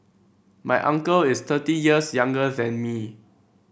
my uncle is thirty years younger than me